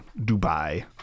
Dubai